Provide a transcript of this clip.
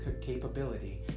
capability